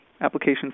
application